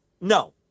No